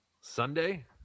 sunday